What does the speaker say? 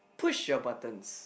push your buttons